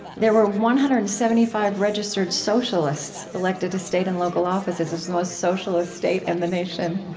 there were one hundred and seventy five registered socialists elected to state and local offices. it was the most socialist state in and the nation